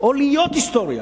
או להיות היסטוריה.